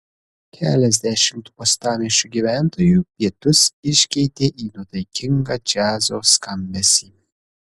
keliasdešimt uostamiesčio gyventojų pietus iškeitė į nuotaikingą džiazo skambesį